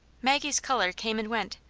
maggie's colour came and went,